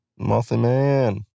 Mothman